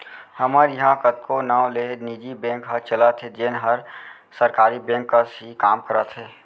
हमर इहॉं कतको नांव ले निजी बेंक ह चलत हे जेन हर सरकारी बेंक कस ही काम करत हे